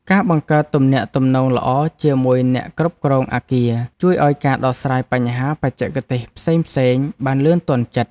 ការបង្កើតទំនាក់ទំនងល្អជាមួយអ្នកគ្រប់គ្រងអគារជួយឱ្យការដោះស្រាយបញ្ហាបច្ចេកទេសផ្សេងៗបានលឿនទាន់ចិត្ត។